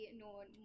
known